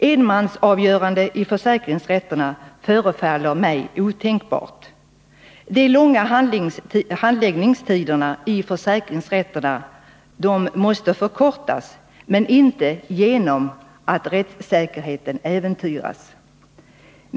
Enmansavgöranden i försäkringsrätterna förefaller mig otänkbart. De långa handläggningstiderna vid försäkringsrätterna måste förkortas, men det får inte ske på ett sådant sätt att rättssäkerheten äventyras.